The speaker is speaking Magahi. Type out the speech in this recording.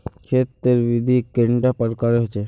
खेत तेर विधि कैडा प्रकारेर होचे?